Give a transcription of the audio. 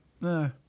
No